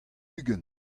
ugent